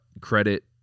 credit